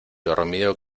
dormido